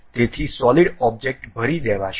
તેથી solid object ભરી દેવાશે